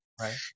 right